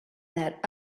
that